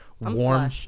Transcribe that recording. warm